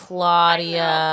Claudia